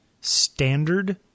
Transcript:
standard